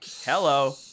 Hello